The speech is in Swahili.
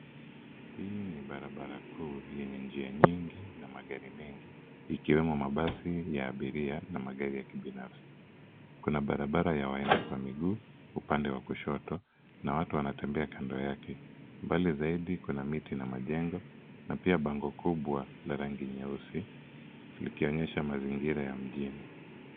Hii ni barabara kuu yenye njia nyingi na magari mengi ikiwemo mabasi ya abiria na magari ya kibinafsi. Kuna barabara ya waenda kwa miguu upande wa kushoto na watu wanatembea kando yake. Mbali zaidi kuna miti na majengo na pia bango kubwa la rangi nyeusi likionyesha mazingira ya mjini.